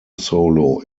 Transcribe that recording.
solo